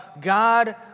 God